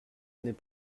n’est